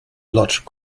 lodge